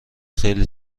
خیلی